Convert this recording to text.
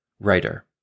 writer